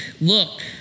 look